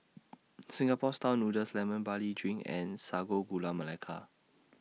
Singapore Style Noodles Lemon Barley Drink and Sago Gula Melaka